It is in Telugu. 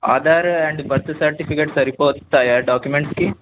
ఆధార్ అండ్ బర్త్ సర్టిఫికేట్ సరిపోతాయా డాక్యుమెంట్స్కి